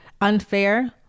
unfair